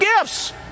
gifts